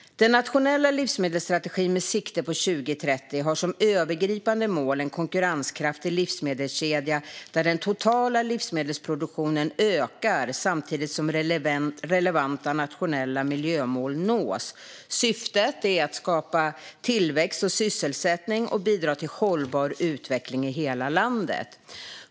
Den nationella livsmedelsstrategin med sikte på 2030 har som övergripande mål en konkurrenskraftig livsmedelskedja där den totala livsmedelsproduktionen ökar samtidigt som relevanta nationella miljömål nås. Syftet är att skapa tillväxt och sysselsättning och bidra till hållbar utveckling i hela landet.